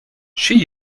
she